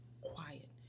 quiet